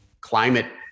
climate